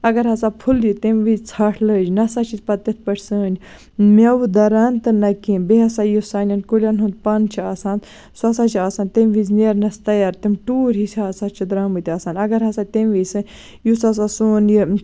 اَگر ہسا پھلیہِ تَمہِ وِزِ ژھٹھ لٔج نہ ہسا چھِ پَتہٕ تِتھ پٲٹھۍ سٲنۍ میوٕ دَران تہٕ نہ کیٚنہہ بیٚیہِ ہسا یُس سانین کُلین ہُند پَن چھُ آسان سُہ ہسا چھُ آسان تَمہِ وِزِ نیرنَس تَیار تِم ٹوٗرۍ ہِش ہسا چھِ درامٕتۍ آسان اَگر ہسا تَمہِ وِزِ سۄ یُس ہسا سون یہِ